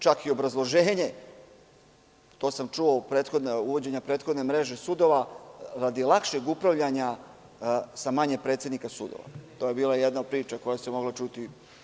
Čak i obrazloženje koje sam čuo za prethodno uvođenje mreže sudova radi lakšeg upravljanja sa manje predsednika sudova je bila jedna priča koja se mogla čuti.